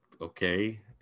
Okay